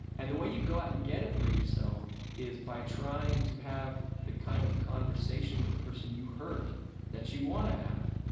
and the way you go out and get it for yourself is by trying to have the kind of conversation with the person you hurt that you want to have.